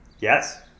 Yes